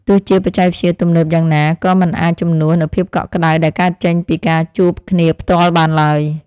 ទោះជាបច្ចេកវិទ្យាទំនើបយ៉ាងណា ក៏មិនអាចជំនួសនូវភាពកក់ក្តៅដែលកើតចេញពីការជួបគ្នាផ្ទាល់បានឡើយ។